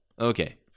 okay